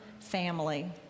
family